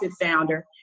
founder